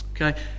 Okay